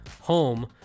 home